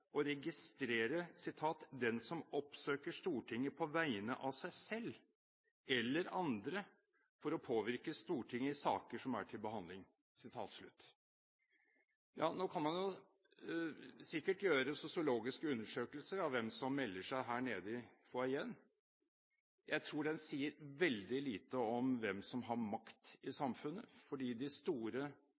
å registrere «dem som oppsøker Stortinget på vegne av seg selv eller andre for å påvirke Stortinget i saker som er til behandling». Man kan sikkert gjøre sosiologiske undersøkelser av hvem som melder seg her nede i foajeen. Jeg tror det vil si veldig lite om hvem som har makt i samfunnet, for de store,